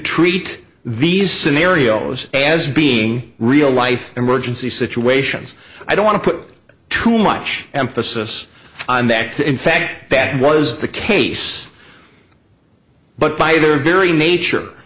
treat these scenarios as being real life emergency situations i don't want to put too much emphasis on that in fact that was the case but by their very nature